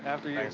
after you.